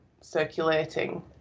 circulating